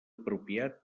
apropiat